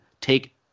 take